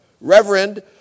Reverend